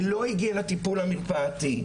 שלא הגיעה לטיפול המרפאתי,